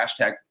hashtag